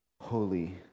holy